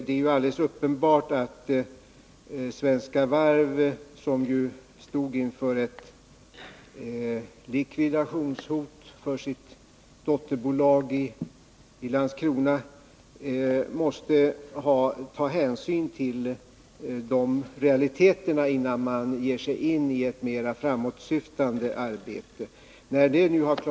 Det är alldeles uppenbart att Svenska Varv, som ju stod inför ett likvidationshot för sitt dotterbolag i Landskrona, måste ta hänsyn till de realiteterna, innan koncernledningen ger sig in i ett mer framåtsyftande arbete.